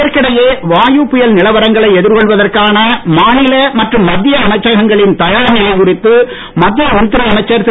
இதற்கிடையே வாயு புயல் நிலவரங்களை எதிர் கொள்வதற்கான மாநில மற்றும் மத்திய அமைச்சகங்களின் தயார் நிலை குறித்து மத்திய உள்துறை அமைச்சர் திரு